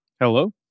Hello